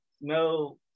no